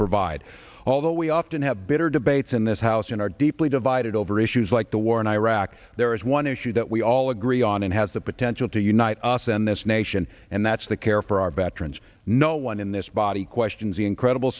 provide although we often have bitter debates in this house and are deeply divided over issues like the war in iraq there is one issue that we all agree on and has the potential to unite us and this nation and that's the care for our veterans no one in this body questions the incredible